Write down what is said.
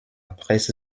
presse